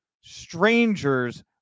stranger's